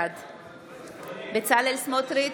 בעד בצלאל סמוטריץ'